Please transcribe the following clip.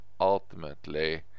ultimately